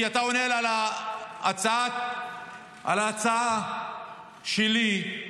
כי אתה עונה על ההצעה שלי